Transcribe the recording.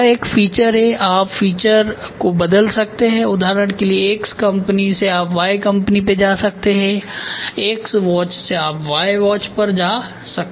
तो यह एक फीचर है आप फीचर को बदल सकते हैं उदाहरण के लिए X कंपनी से आप Y कंपनी पे जा सकते हैं X वॉच से आप Y वॉच पर जा सकते हैं